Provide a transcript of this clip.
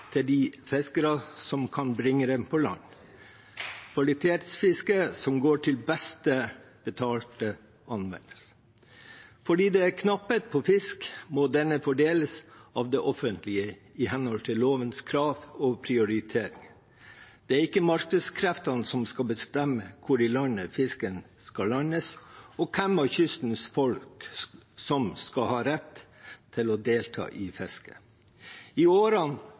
til de fiskerne som kan bringe den på land, kvalitetsfiske som går til best betalte anvendelse. Fordi det er knapphet på fisk, må denne fordeles av det offentlige i henhold til lovens krav og prioriteringer. Det er ikke markedskreftene som skal bestemme hvor i landet fisken skal landes, og hvem av kystens folk som skal ha rett til å delta i fisket. I årene